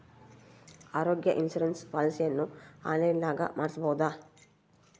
ಆರೋಗ್ಯ ಇನ್ಸುರೆನ್ಸ್ ಪಾಲಿಸಿಯನ್ನು ಆನ್ಲೈನಿನಾಗ ಮಾಡಿಸ್ಬೋದ?